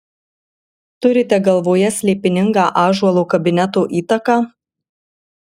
turite galvoje slėpiningą ąžuolo kabineto įtaką